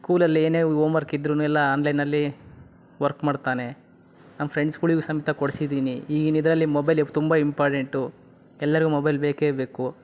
ಸ್ಕೂಲಲ್ಲಿ ಏನೇ ಹೋಮರ್ಕ್ ಇದ್ರೂ ಎಲ್ಲ ಆನ್ಲೈನಲ್ಲಿ ವರ್ಕ್ ಮಾಡ್ತಾನೆ ನಮ್ಮ ಫ್ರೆಂಡ್ಸ್ಗಳಿಗೂ ಸಮೇತ ಕೊಡಿಸಿದೀನಿ ಈಗಿನ ಇದರಲ್ಲಿ ಮೊಬೈಲ್ ಫ್ ತುಂಬ ಇಂಪಾರ್ಟೆಂಟು ಎಲ್ಲರಿಗೂ ಮೊಬೈಲ್ ಬೇಕೇ ಬೇಕು